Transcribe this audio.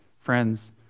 friends